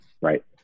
right